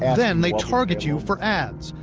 and then, they target you for ads.